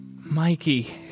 Mikey